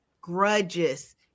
grudges